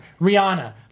Rihanna